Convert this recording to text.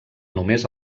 només